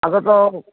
ଆଛ ତ